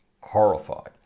horrified